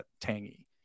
tangy